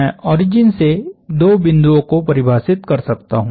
मैं ऑरिजिन से दो बिंदुओं को परिभाषित कर सकता हूं